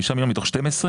5 מיליון מתוך 12?